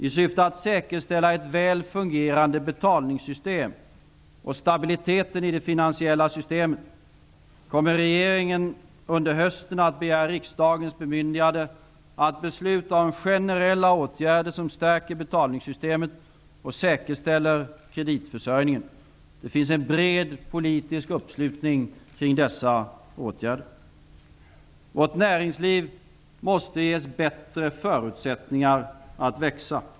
I syfte att säkerställa ett väl fungerande betalningssystem och stabiliteten i det finansiella systemet kommer regeringen under hösten att begära riksdagens bemyndigande att besluta om generella åtgärder som stärker betalningssystemet och säkerställer kreditförsörjningen. Det finns en bred politisk uppslutning kring dessa åtgärder. Sveriges näringsliv måste ges bättre förutsättningar att växa.